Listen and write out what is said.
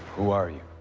who are you?